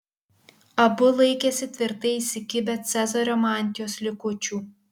abu laikėsi tvirtai įsikibę cezario mantijos likučių